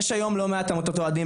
יש היום לא מעט עמותות אוהדים,